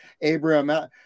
abraham